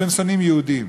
שהם שונאים יהודים.